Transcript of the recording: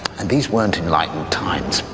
and these weren't enlightened times.